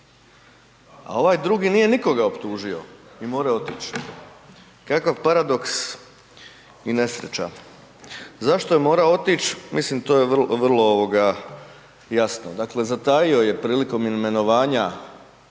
a ovaj drugi nikoga nije optužio i morao je otić. Kakav paradoks i nesreća. Zašto je morao otić? Mislim to je vrlo jasno, dakle zatajio je prilikom imenovanja